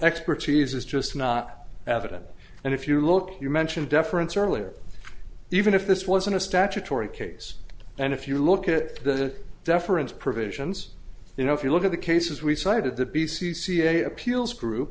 expertise is just not evident and if you look you mentioned deference earlier even if this wasn't a statutory case and if you look at the deference provisions you know if you look at the cases we cited the b c ca appeals group